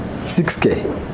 6K